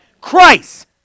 Christ